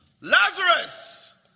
Lazarus